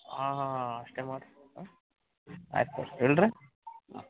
ಹಾಂ ಹಾಂ ಹಾಂ ಅಷ್ಟೇ ಮಾಡಿರಿ ಹಾಂ ಆಯ್ತು ತೊರಿ ಇಡ್ಲಾ ರಿ